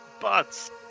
butts